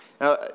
Now